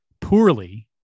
poorly